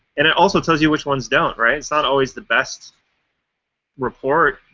and it also tells you which ones don't, right? it's not always the best report,